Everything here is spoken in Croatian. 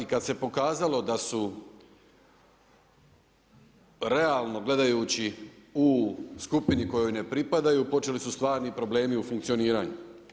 I kad se pokazalo da su realno gledajući u skupini u koju ne pripadaju počeli su stvarni problemi u funkcioniranju.